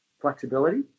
flexibility